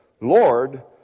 Lord